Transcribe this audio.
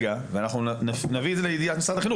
ואנחנו נביא את זה לידיעת משרד החינוך